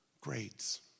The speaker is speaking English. grades